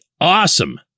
awesome